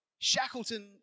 Shackleton